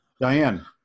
Diane